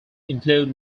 include